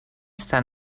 staan